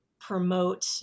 promote